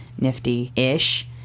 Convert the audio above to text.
nifty-ish